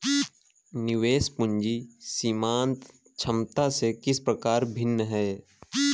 निवेश पूंजी सीमांत क्षमता से किस प्रकार भिन्न है?